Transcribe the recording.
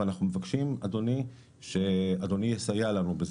ואנחנו מבקשים שאדוני יסייע לנו בזה.